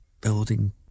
building